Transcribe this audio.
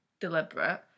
deliberate